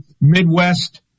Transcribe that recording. Midwest